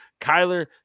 Kyler